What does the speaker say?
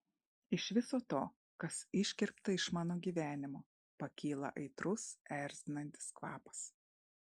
iš viso to kas iškirpta iš mano gyvenimo pakyla aitrus erzinantis kvapas